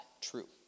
true